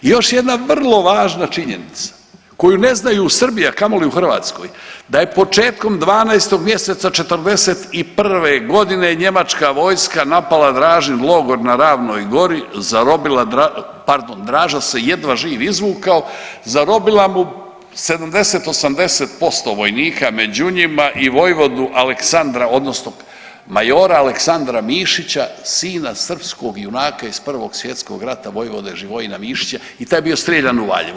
I još jedna vrlo važna činjenica koju ne znaju Srbija, kamoli u Hrvatskoj, da je početkom 12 mjeseca '41. godine njemačka vojska napala Dražin logor na Ravnoj Gori, pardon Draža se jedva živ izvukao, zarobila mu 70, 80% vojnika među njima i vojvodu Aleksandra odnosno majora Aleksandra Mišića sina srpskog junaka iz Prvog svjetskog rata vojvode Živojina Višića i taj je bio strijeljan u Valjevu.